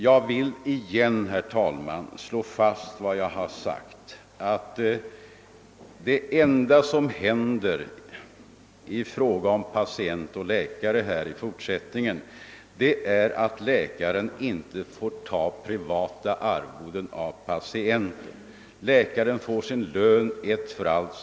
Jag har tidigare framhållit, och det vill jag nu slå fast, att det enda som i fortsättningen händer i förhållandet patient—läkare är att läkaren inte får ta privata arvoden utan att han erhåller sin lön i ett för allt.